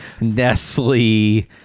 Nestle